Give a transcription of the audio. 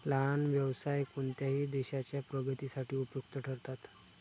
लहान व्यवसाय कोणत्याही देशाच्या प्रगतीसाठी उपयुक्त ठरतात